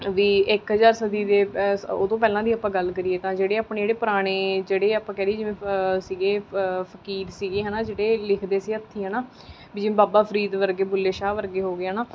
ਵੀ ਇੱਕ ਹਜ਼ਾਰ ਸਦੀ ਦੇ ਉਹ ਤੋਂ ਪਹਿਲਾਂ ਦੀ ਆਪਾਂ ਗੱਲ ਕਰੀਏ ਤਾਂ ਜਿਹੜੇ ਆਪਣੇ ਜਿਹੜੇ ਪੁਰਾਣੇ ਜਿਹੜੇ ਆਪਾਂ ਕਹਿ ਦਈਏ ਜਿਵੇਂ ਸੀਗੇ ਫਕੀਰ ਸੀਗੇ ਹੈ ਨਾ ਜਿਹੜੇ ਲਿਖਦੇ ਸੀ ਹੱਥੀਂ ਹੈ ਨਾ ਵੀ ਜਿਵੇਂ ਬਾਬਾ ਫਰੀਦ ਵਰਗੇ ਬੁੱਲੇ ਸ਼ਾਹ ਵਰਗੇ ਹੋ ਗਏ ਹੈ ਨਾ